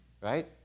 right